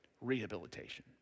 rehabilitation